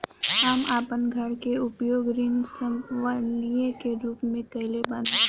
हम आपन घर के उपयोग ऋण संपार्श्विक के रूप में कइले बानी